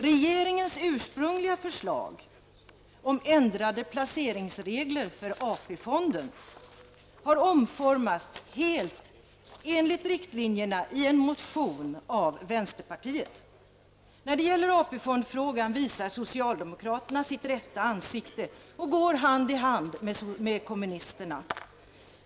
Regeringens ursprungliga förslag om ändrade placeringsregler för AP-fonden har omformats helt enligt riktlinjerna i en motion av vänsterpartiet. När det gäller AP-fondsfrågan visar socialdemokraterna sitt rätta ansikte och går hand i hand med kommunisterna.